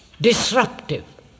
disruptive